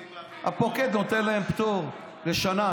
הפוקד נותן להם פטור לשנה,